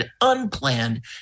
unplanned